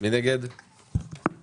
היה לקדם פרויקטים בהאצה.